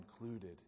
included